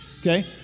okay